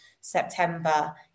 September